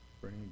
Bring